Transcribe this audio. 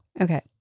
okay